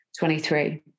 23